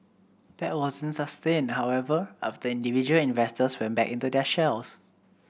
that wasn't sustained however after individual investors went back into their shells